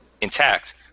intact